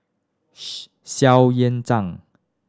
Xu Yuan Zhang